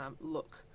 look